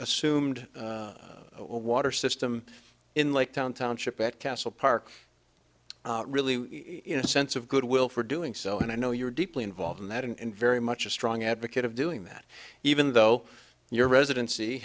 assumed a water system in lake town township at castle park really you know a sense of good will for doing so and i know you're deeply involved in that and very much a strong advocate of doing that even though your residency